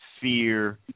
fear